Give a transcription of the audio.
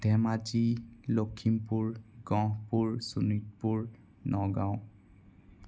Dhemaji Lakhimpur Gohpur Sonitpur Nagaon